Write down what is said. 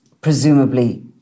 presumably